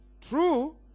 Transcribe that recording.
true